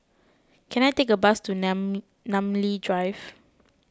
can I take a bus to Nam Namly Drive